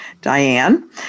Diane